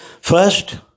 First